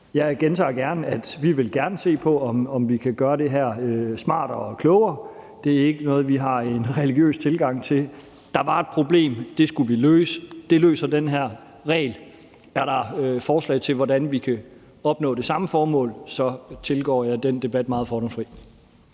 Jeg gentager gerne, at vi gerne vil se på, om vi kan gøre det her smartere og klogere. Det er ikke noget, vi har en religiøs tilgang til. Der var et problem, det skulle vi løse, og det løser den her regel. Er der forslag til, hvordan vi kan opnå det samme formål, går jeg meget fordomsfrit